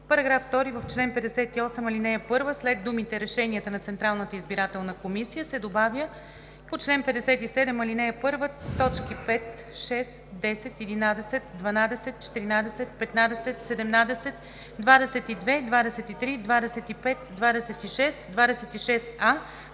§ 2: „§ 2. В чл. 58, ал. 1 след думите „Решенията на Централната избирателна комисия“ се добавя „по чл. 57, ал. 1, т. 5, 6, 10, 11, 12, 14, 15, 17, 22, 23, 25, 26, 26а,